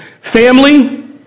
Family